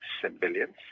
civilians